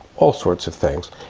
all sorts of things.